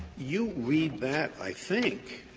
you read that, i think,